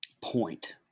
point